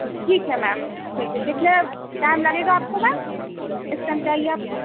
ٹھیک ہے میم ٹھیک ہے کتنے ٹائم لگے گا آپ کو میم کس ٹائم چاہیے آپ کو